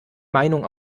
meinungen